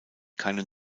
keine